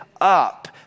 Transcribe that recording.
up